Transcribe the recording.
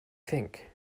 think